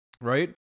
right